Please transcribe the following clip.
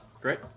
Great